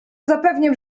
zapewniam